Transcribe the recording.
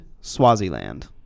Swaziland